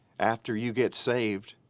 after you get saved,